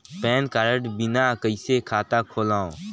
Pan card बिना कइसे खाता खोलव?